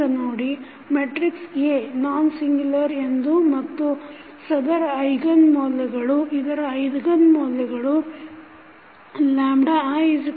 ಈಗ ನೋಡಿ matrix A nonsingular ಎಂದು ಮತ್ತು ಸದರ ಐಗನ್ ಮೌಲ್ಯಗಳು ii12nthen1ii12